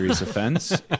offense